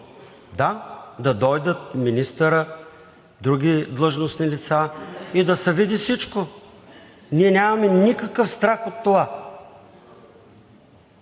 Да, да дойде министърът, други длъжностни лица и да се види всичко. Ние нямаме никакъв страх от това.